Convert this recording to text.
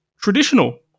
traditional